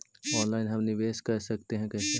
Online हम निवेश कर सकते है, कैसे?